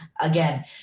Again